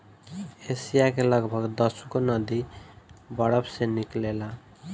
Asia के लगभग दसगो नदी बरफे से निकलेला